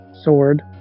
Sword